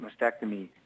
mastectomy